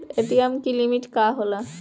ATM की limit का होला?